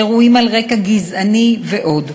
אירועים על רקע גזעני ועוד.